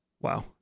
Wow